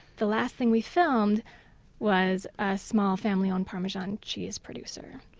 the last thing we filmed was a small, family-owned, parmesan cheese producer.